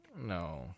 No